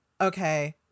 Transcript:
Okay